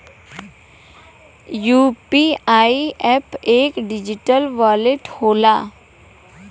UPI app एक digital wallet होला